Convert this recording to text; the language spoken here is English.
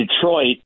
Detroit